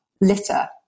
litter